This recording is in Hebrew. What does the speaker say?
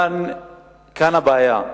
כאן הבעיה.